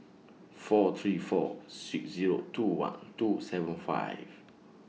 four three four six Zero two one two seven five